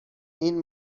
این